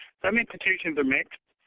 some institutions are mixed.